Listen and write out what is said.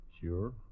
Sure